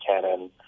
Canon